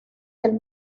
del